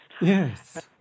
Yes